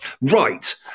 Right